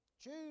Choose